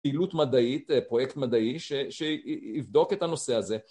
פעילות מדעית, פרויקט מדעי שיבדוק את הנושא הזה